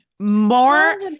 More